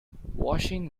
washing